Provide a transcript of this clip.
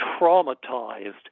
traumatized